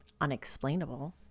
unexplainable